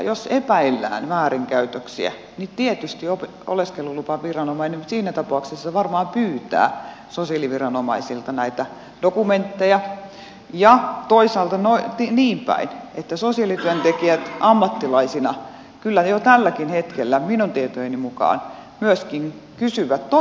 jos epäillään väärinkäytöksiä niin tietysti oleskelulupaviranomainen siinä tapauksessa varmaan pyytää sosiaaliviranomaisilta näitä dokumentteja ja toisaalta niin päin että sosiaalityöntekijät ammattilaisina kyllä jo tälläkin hetkellä minun tietojeni mukaan myöskin kysyvät toisin päin